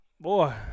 Boy